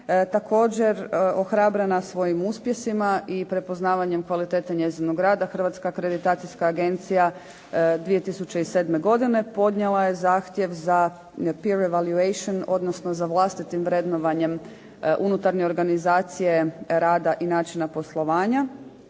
Također ohrabrena svojim uspjesima i prepoznavanjem kvalitete njezinog rada Hrvatska akreditacijska agencija 2007. godine podnijela je zahtjev za …/Govornica govori engleski, ne razumije se./… odnosno za vlastitim vrednovanjem unutarnje organizacije rada i načina poslovanja.